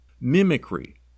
Mimicry